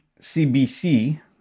CBC